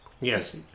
Yes